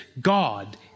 God